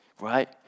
Right